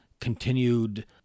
continued